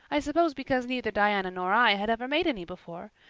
i suppose because neither diana nor i had ever made any before.